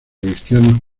cristianos